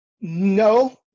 No